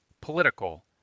political